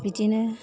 बिदिनो